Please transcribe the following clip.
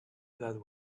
that